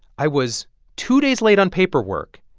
i was two days late on paperwork.